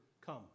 come